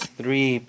three